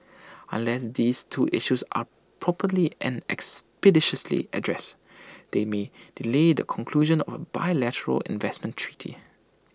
unless these two issues are properly and expeditiously addressed they may delay the conclusion of bilateral investment treaty